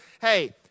hey